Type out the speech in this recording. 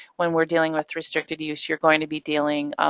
when we're dealing with restricted use, you're going to be dealing.